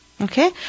Okay